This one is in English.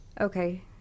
Okay